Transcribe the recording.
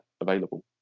available